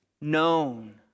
known